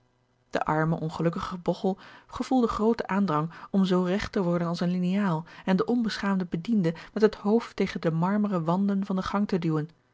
de arme ongelukkige bogchel gevoelde grooten aandrang om zoo regt te worden als een liniaal en den onbeschaamden bediende met het hoofd tegen de marmeren wanden van den gang te duwen